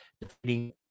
defeating